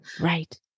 right